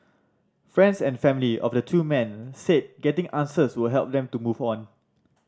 friends and family of the two men said getting answers would help them to move on